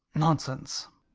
nonsense!